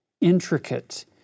intricate